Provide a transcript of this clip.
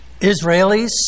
Israelis